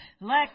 Let